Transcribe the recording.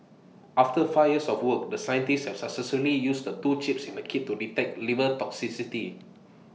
after five years of work the scientists have successfully used the two chips in the kit to detect liver toxicity